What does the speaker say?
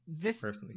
personally